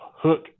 hook